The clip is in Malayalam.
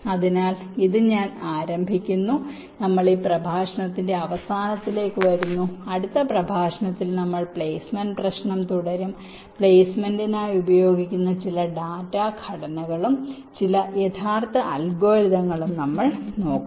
അതിനാൽ ഞാൻ ഇത് ആരംഭിക്കുന്നു നമ്മൾ ഈ പ്രഭാഷണത്തിന്റെ അവസാനത്തിലേക്ക് വരുന്നു അടുത്ത പ്രഭാഷണത്തിൽ നമ്മൾ പ്ലേസ്മെന്റ് പ്രശ്നം തുടരും പ്ലേസ്മെന്റിനായി ഉപയോഗിക്കുന്ന ചില ഡാറ്റ ഘടനകളും ചില യഥാർത്ഥ അൽഗോരിതങ്ങളും നമ്മൾ നോക്കും